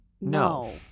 No